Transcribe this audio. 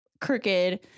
crooked